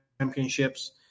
Championships